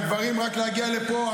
הם גברים רק להגיע לפה,